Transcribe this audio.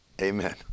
Amen